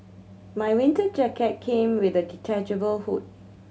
my winter jacket came with a detachable hood